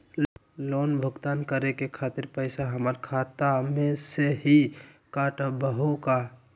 Loan भुगतान करे के खातिर पैसा हमर खाता में से ही काटबहु का?